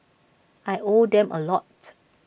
I owe them A lot